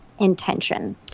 intention